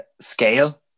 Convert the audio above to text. scale